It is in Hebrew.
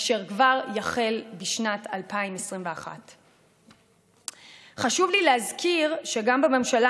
אשר כבר יחל בשנת 2021. חשוב לי להזכיר שגם בממשלה